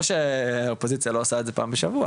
לא שהאופוזיציה לא עושה את זה פעם בשבוע,